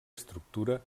estructura